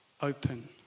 open